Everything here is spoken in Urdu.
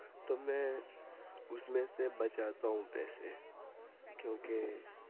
تو میں اس میں سے بچاتا ہوں پیسے کیونکہ